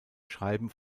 schreiben